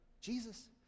Jesus